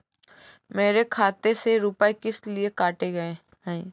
मेरे खाते से रुपय किस लिए काटे गए हैं?